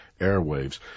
airwaves